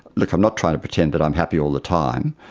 look, i'm not trying to pretend that i'm happy all the time,